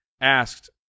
asked